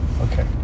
Okay